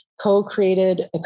co-created